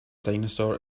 dinosaur